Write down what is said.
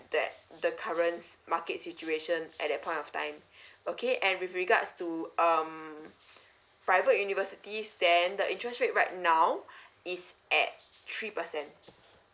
that the currents market situation at that point of time okay and with regards to um private universities then the interest rate right now is at three percent